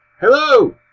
Hello